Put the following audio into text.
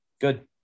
good